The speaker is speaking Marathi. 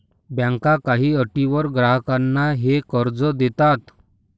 बँका काही अटींवर ग्राहकांना हे कर्ज देतात